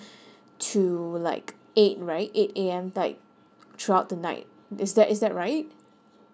to like eight right eight A_M like throughout the night is that is that right